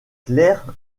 clerc